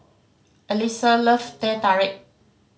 Alisa love Teh Tarik